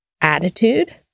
attitude